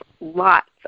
lots